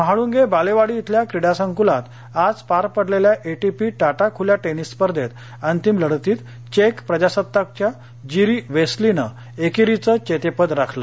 म्हाळूंगे बालेवाडी इथल्या क्रीडासंकुलात आज पार पडलेल्या एटीपी टाटा खुल्या टेनिस स्पर्धेत अंतिम लढतीत चेक प्रजासत्ताकाच्या जिरी वेस्लीनं एकेरीचं जेतेपद राखलं